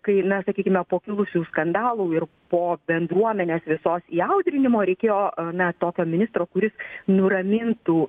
kai na sakykime po kilusių skandalų ir po bendruomenės visos įaudrinimo reikėjo na tokio ministro kuris nuramintų